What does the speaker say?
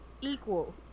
equal